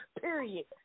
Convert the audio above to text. period